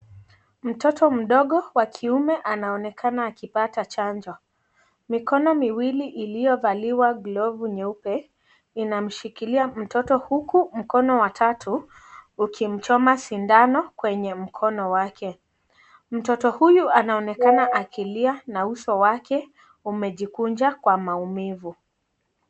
Mtoto mdogo wa kiume anaonekana akipata chanjo. Mikono miwili iliyovaliwa glovu nyeupe inamshikilia mtoto huku mkono wa tatu ukimchoma sindano kwenye mkono wake. Mtoto huyu anaonekana akilia na uso wake umejikunja kwa maumivu.